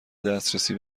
دسترسی